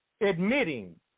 admitting